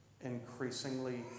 increasingly